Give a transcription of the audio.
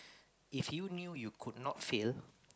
if you knew you could not fail